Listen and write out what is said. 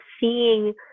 seeing